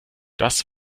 das